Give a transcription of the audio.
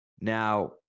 now